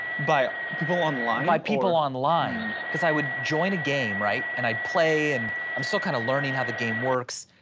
by people online or? by people online. because i would join a game, right? and i play and i'm still kind of learning how the game works.